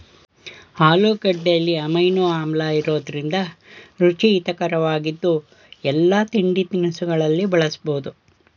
ಆಲೂಗೆಡ್ಡೆಲಿ amino ಆಮ್ಲಇರೋದ್ರಿಂದ ರುಚಿ ಹಿತರಕವಾಗಿದ್ದು ಎಲ್ಲಾ ತಿಂಡಿತಿನಿಸಲ್ಲಿ ಬಳಸ್ಬೋದು